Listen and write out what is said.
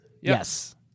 yes